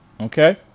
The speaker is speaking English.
okay